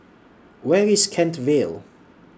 Where IS Kent Vale